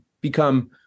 become